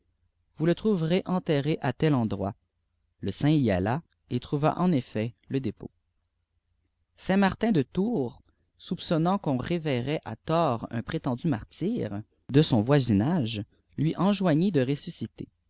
vous le trouverez enterré à tel endroit e saint y alla et trouva en effet le dépôt saint martin de tours soupçonnant cju'on révérait à tort un prétendu martyr de son voisinage lui enjoignit de ressusciter